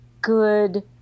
good